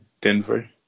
Denver